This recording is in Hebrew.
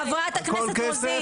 הכול כסף?